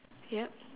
yup